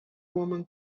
woman